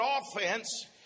offense